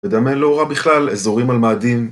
ודמיין לא ראה בכלל אזורים על מאדים